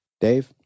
Dave